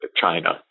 China